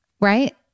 right